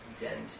dent